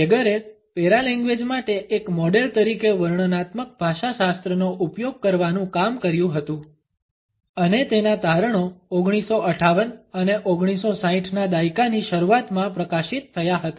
ટ્રેગરએ paralanguage માટે એક model તરીકે વર્ણનાત્મક ભાષાશાસ્ત્રનો ઉપયોગ કરવાનું કામ કર્યું હતું અને તેના તારણો 1958 અને 1960 ના દાયકાની શરૂઆતમાં પ્રકાશિત થયા હતા